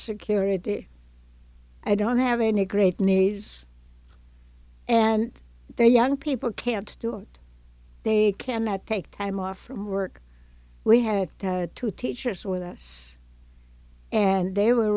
security i don't have any great needs and there young people can't do it they cannot take time off from work we had had two teachers with us and they were